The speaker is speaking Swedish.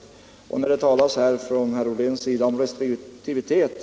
Herr Ollén talar om restriktivitet.